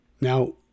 Now